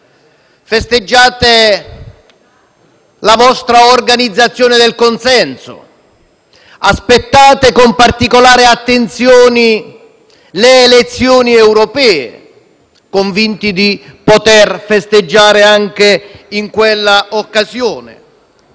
festeggiate la vostra organizzazione del consenso; aspettate con particolare attenzione le elezioni europee, convinti di poter festeggiare anche in quell'occasione.